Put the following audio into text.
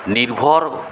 নির্ভর